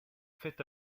faites